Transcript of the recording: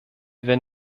wenn